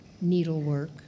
needlework